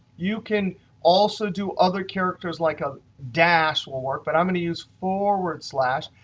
you can also do other characters, like a dash, will work, but i'm going to use forward slash.